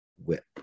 whip